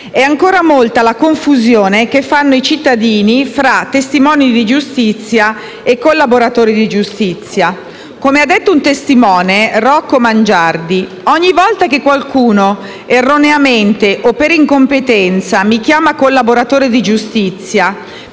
È ancora molta la confusione che fanno i cittadini fra testimoni di giustizia e collaboratori di giustizia. Come ha detto un testimone di giustizia, Rocco Mangiardi: «Ogni volta che qualcuno erroneamente o per incompetenza mi chiama collaboratore di giustizia,